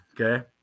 Okay